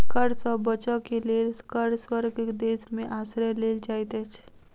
कर सॅ बचअ के लेल कर स्वर्ग देश में आश्रय लेल जाइत अछि